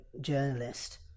journalist